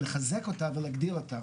לחזק אותה ולהגדיר אותה.